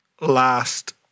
last